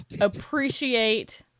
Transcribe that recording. appreciate